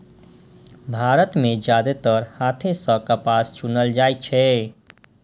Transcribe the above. भारत मे जादेतर हाथे सं कपास चुनल जाइ छै